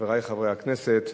חברי חברי הכנסת,